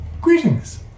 greetings